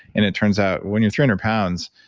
and it turns out, when you're three hundred pounds,